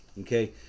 okay